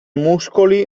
muscoli